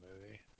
movie